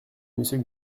monsieur